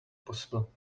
possible